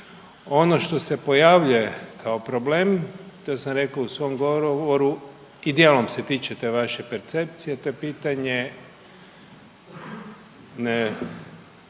Ono što se pojavljuje kao problem, to sam rekao u svom govoru i djelom se tiče te vaše percepcije, to je pitanje a